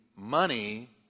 Money